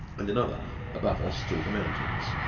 and another above us through the mountains.